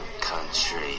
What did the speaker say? country